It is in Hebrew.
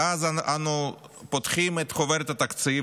ואז אנו פותחים את חוברת התקציב,